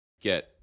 get